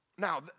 Now